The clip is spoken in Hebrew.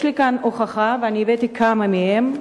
יש לי כאן הוכחה, והבאתי כמה מהם,